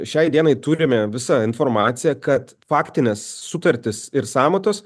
šiai dienai turime visą informaciją kad faktinės sutartys ir sąmatos